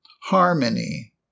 harmony